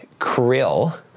Krill